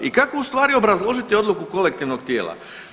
I kako ustvari obrazložiti odluku kolektivnog tijela.